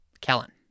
Kellen